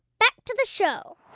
back to the show